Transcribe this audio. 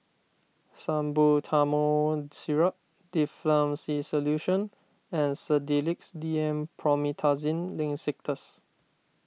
Salbutamol Syrup Difflam C Solution and Sedilix D M Promethazine Linctus